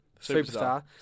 Superstar